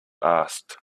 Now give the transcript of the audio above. asked